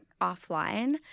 offline